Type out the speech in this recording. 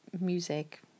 music